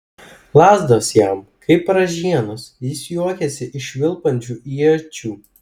lazdos jam kaip ražienos jis juokiasi iš švilpiančių iečių